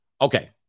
Okay